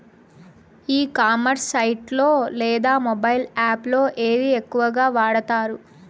ఈ commerce site లో లేదా మొబైల్ యాప్ లో ఏది ఎక్కువగా వాడుతారు?